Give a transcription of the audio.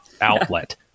outlet